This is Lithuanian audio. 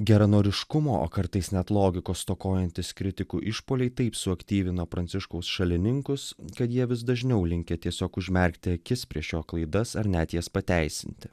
geranoriškumo o kartais net logikos stokojantys kritikų išpuoliai taip suaktyvino pranciškaus šalininkus kad jie vis dažniau linkę tiesiog užmerkti akis prieš jo klaidas ar net jas pateisinti